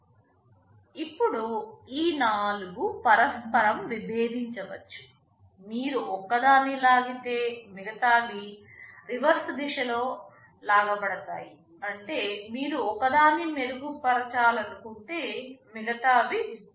ఇప్పుడు ఈ నాలుగు పరస్పరం విభేదించవచ్చు మీరు ఒకదాన్ని లాగితే మిగతావి రివర్స్ దిశలో లాగా పడతాయి అంటే మీరు ఒకదాన్ని మెరుగుపరచాలనుకుంటే మిగతావి దిగజారిపోవచ్చు